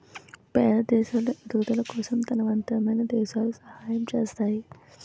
పేద దేశాలు ఎదుగుదల కోసం తనవంతమైన దేశాలు సహాయం చేస్తాయి